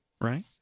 Right